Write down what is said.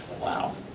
Wow